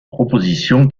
proposition